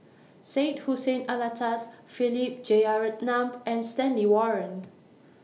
Syed Hussein Alatas Philip Jeyaretnam and Stanley Warren